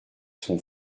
son